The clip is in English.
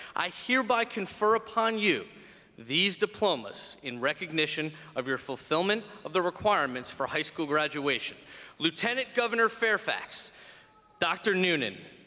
i hereby confer upon you these diplomas in recognition of your fulfillment of the requirements for high school graduation lieutenant governor fairfax dr. noonan,